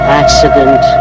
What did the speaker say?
accident